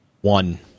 One